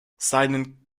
seinen